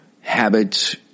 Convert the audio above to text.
habits